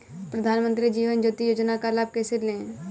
प्रधानमंत्री जीवन ज्योति योजना का लाभ कैसे लें?